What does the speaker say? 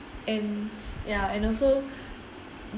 and ya and also